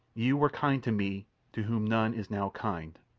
you were kind to me to whom none is now kind,